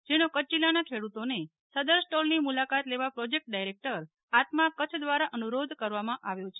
જેનો કચ્છ જિલ્લાના ખેડુતોને સદર સ્ટોલની મુલાકાત લેવા પ્રોજેકટ ડાયરેકટર આત્મા કચ્છ દ્વારા અનુરોધ કરવામાં આવ્યો છે